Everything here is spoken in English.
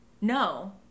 No